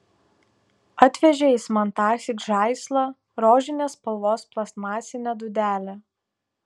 atvežė jis man tąsyk žaislą rožinės spalvos plastmasinę dūdelę